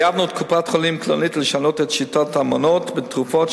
חייבנו את קופת-חולים "כללית" לשנות את שיטת המנות בתרופות,